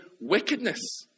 Wickedness